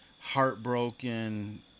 heartbroken